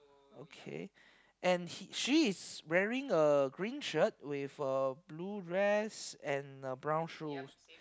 okay and he she's wearing a green shirt with a blue dress and uh brown shoes